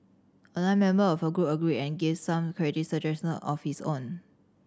another member of her group agreed and gave some creative suggestion of his own